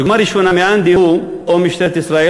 דוגמה ראשונה: מאן דהוא או משטרת ישראל